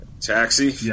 Taxi